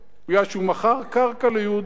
כי הוא מכר קרקע ליהודי.